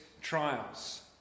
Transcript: trials